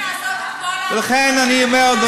ובסוף נגיע להבנות.